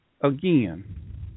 Again